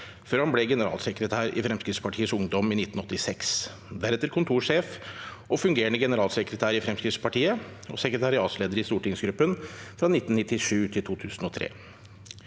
før han ble generalsekretær i Fremskrittspartiets Ungdom i 1986, deretter kontorsjef og fungerende generalsekretær i Fremskrittspartiet, og sekretariatsleder i stortingsgruppen fra 1997–2003.